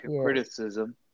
criticism